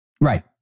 Right